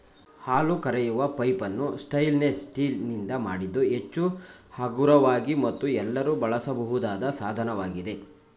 ಹಾಲು ಕರೆಯುವ ಪೈಪನ್ನು ಸ್ಟೇನ್ಲೆಸ್ ಸ್ಟೀಲ್ ನಿಂದ ಮಾಡಿದ್ದು ಹೆಚ್ಚು ಹಗುರವಾಗಿ ಮತ್ತು ಎಲ್ಲರೂ ಬಳಸಬಹುದಾದಂತ ಸಾಧನವಾಗಿದೆ